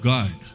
God